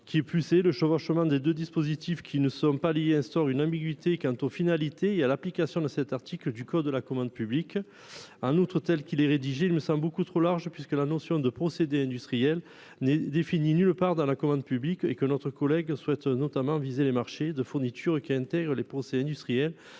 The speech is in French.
Qui plus est, le chevauchement de deux dispositifs qui ne sont pas liés instaure une ambiguïté quant aux finalités et à l'application de cet article du code de la commande publique. En outre, la rédaction de cet amendement semble beaucoup trop large, puisque la notion de « procédé industriel » n'est définie nulle part dans le code de la commande publique. Notre collègue souhaite notamment viser les marchés de « fournitures [...] qui intègrent des procédés industriels